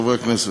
חברי הכנסת,